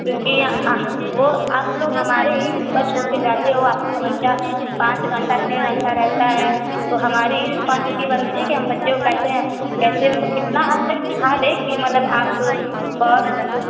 क्योंकि वह आप लोग हमारे ही ऊपर छोड़ के जाते हो आपका बच्चा पाँच घंटा छह घंटा रहता है तो हमारी ही रिस्पोंसीब्लिटी बनती है कि हम बच्चे को कैसे कैसे मतलब कितना हद तक सिखा दें कि मतलब आप बहत